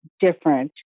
different